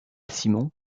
simon